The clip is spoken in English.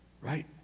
Right